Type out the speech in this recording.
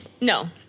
No